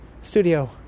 studio